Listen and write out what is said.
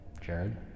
Jared